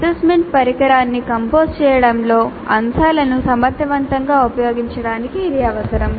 assessment పరికరాన్ని compose చేయడంలో అంశాలను సమర్థవంతంగా ఉపయోగించడానికి ఇది అవసరం